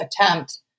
attempt